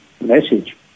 message